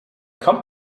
kommt